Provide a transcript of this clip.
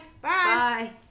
Bye